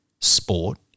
sport